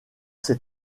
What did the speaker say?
ses